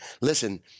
listen